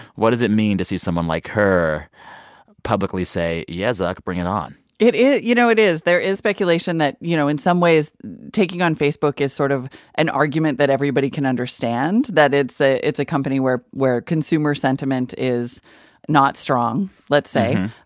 what does it mean to see someone like her publicly say, yes, zuck, bring it on it is you know, it is. there is speculation that, you know, in some ways taking on facebook is sort of an argument that everybody can understand, that it's that it's a company where where consumer sentiment is not strong, let's say.